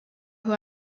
who